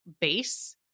base